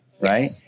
right